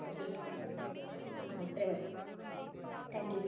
okay ഇത്രയും മതി thank U